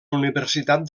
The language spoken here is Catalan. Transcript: universitat